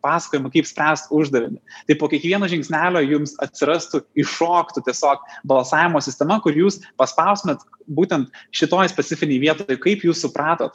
pasakojima kaip spręst uždavinį tai po kiekvieno žingsnelio jums atsirastų iššoktų tiesiog balsavimo sistema kur jūs paspaustumėt būtent šitoj specifinėj vietoj kaip jūs supratot